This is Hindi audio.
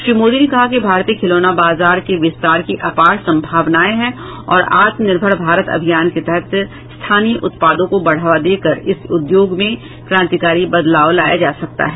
श्री मोदी ने कहा कि भारतीय खिलौना बाजार के विस्तार की अपार संभावनाएं हैं और आत्मनिर्भर भारत अभियान के तहत स्थानीय उत्पादों को बढ़ावा देकर इस उद्योंग में क्रांतिकारी बदलाव लाया जा सकता है